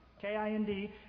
K-I-N-D